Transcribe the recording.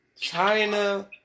China